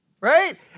right